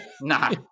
Nah